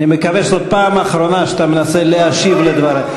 אני מקווה שזאת פעם אחרונה שאתה מנסה להשיב על דברי.